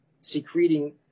secreting